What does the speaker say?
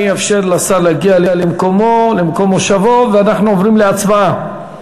אאפשר לשר להגיע למקום מושבו ואנחנו עוברים להצבעה.